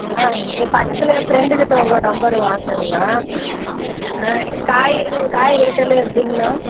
ஆ இங்கே பக்கத்தில் என் ஃப்ரெண்ட்டுக்கிட்ட உங்கள் நம்பரு வாங்குனங்கணா ஆ எனக்கு காய் காய் ரேட்டெல்லாம் எப்டிங்கணா